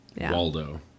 Waldo